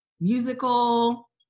musical